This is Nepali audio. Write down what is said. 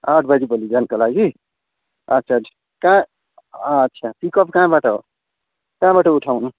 आठ बजी भोलि बिहानको लागि अच्छा कहाँ अच्छा पिकअप कहाँबाट हो कहाँबाट उठाउनु